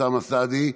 אוסאמה סעדי,